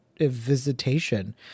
visitation